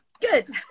good